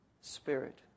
Spirit